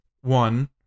One